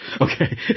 Okay